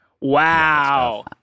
Wow